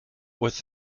with